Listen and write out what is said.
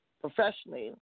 professionally